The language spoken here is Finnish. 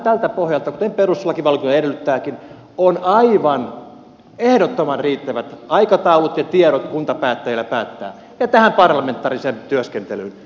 tältä pohjalta kuten perustuslakivaliokunta edellyttääkin on aivan ehdottoman riittävät aikataulut ja tiedot kuntapäättäjillä päättää ja tähän parlamentaariseen työskentelyyn